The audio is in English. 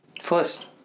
first